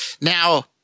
Now